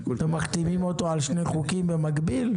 אתם מחתימים אותו על שני חוקים במקביל.